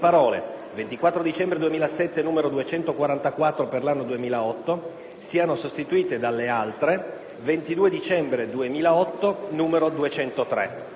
"24 dicembre 2007, n. 244, per l'anno 2008" siano sostituite dalle altre: "22 dicembre 2008, n. 203";